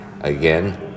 Again